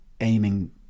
aiming